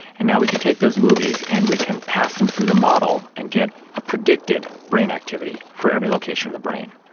and now we can take those movies and we can pass them through the model and get a predicted brain activity for every location in the brain.